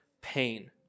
pain